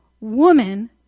woman